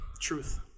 Truth